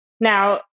Now